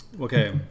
Okay